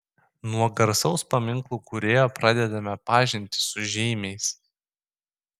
nuo garsaus paminklų kūrėjo pradedame pažintį su žeimiais